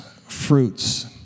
fruits